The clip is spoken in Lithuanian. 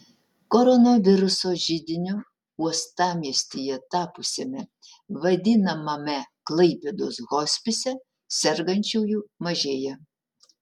koronaviruso židiniu uostamiestyje tapusiame vadinamame klaipėdos hospise sergančiųjų mažėja